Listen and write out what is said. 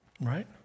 Right